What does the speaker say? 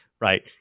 Right